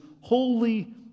holy